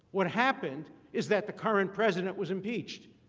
what happened is that the current president was impeached.